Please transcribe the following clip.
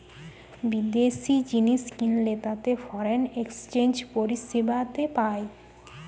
বিদেশি জিনিস কিনলে তাতে ফরেন এক্সচেঞ্জ পরিষেবাতে পায়